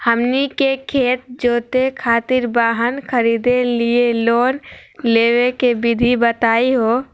हमनी के खेत जोते खातीर वाहन खरीदे लिये लोन लेवे के विधि बताही हो?